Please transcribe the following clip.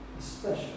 special